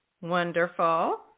Wonderful